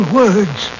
words